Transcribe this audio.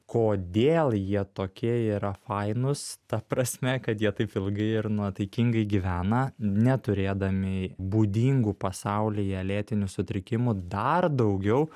kodėl jie tokie yra fainūs ta prasme kad jie taip ilgai ir nuotaikingai gyvena neturėdami būdingų pasaulyje lėtinių sutrikimų dar daugiau